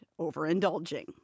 overindulging